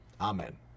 Amen